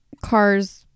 car's